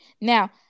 now